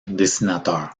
dessinateur